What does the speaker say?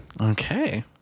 Okay